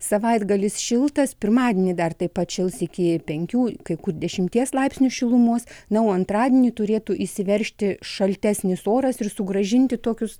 savaitgalis šiltas pirmadienį dar taip pat šils iki penkių kai kur dešimties laipsnių šilumos na o antradienį turėtų įsiveržti šaltesnis oras ir sugrąžinti tokius